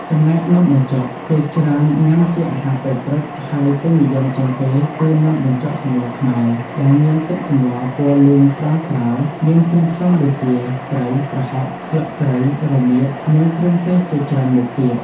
ចំណែកនំបញ្ចុកគេច្រើនញាំជាអាហារពេលព្រឹក ហើយពេញនិយមជាងគេគឺ នំបញ្ចុកសម្លរខ្មែរ ដែលមានទឹកសម្លរពណ៌លឿងស្រាលៗ មានគ្រឿងផ្សំដូចជា ត្រី ប្រហុក ស្លឹកគ្រៃ រមៀត និងគ្រឿងទេសជាច្រើនមុខទៀត ។